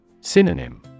Synonym